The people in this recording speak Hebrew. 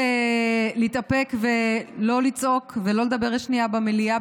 להתאפק ולא לצעוק ולא לדבר שנייה במליאה,